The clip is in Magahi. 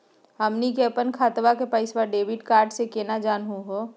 हमनी के अपन खतवा के पैसवा डेबिट कार्ड से केना जानहु हो?